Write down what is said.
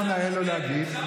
לא נאה לו להגיד.